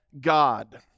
god